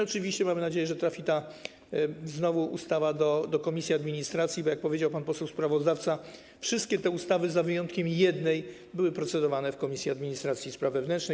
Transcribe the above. Oczywiście mamy nadzieję, że ta ustawa trafi do komisji administracji, bo jak powiedział pan poseł sprawozdawca, wszystkie te ustawy z wyjątkiem jednej były procedowane w Komisji Administracji i Spraw Wewnętrznych.